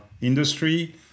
industry